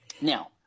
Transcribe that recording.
Now